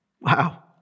Wow